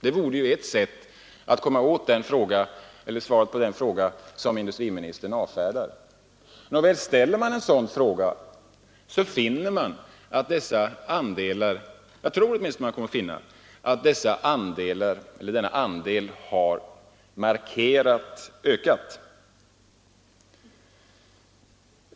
Det vore ett sätt att komma åt svaret på den fråga som industriministern avfärdar. Ställer man en sådan fråga, tror jag att man kommer att finna att dessa andelar fått en markerad ökning.